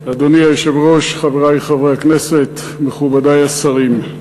אדוני היושב-ראש, חברי חברי הכנסת, מכובדי השרים,